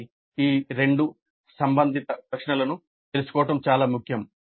కాబట్టి ఈ రెండు సంబంధిత ప్రశ్నలను తెలుసుకోవడం చాలా ముఖ్యం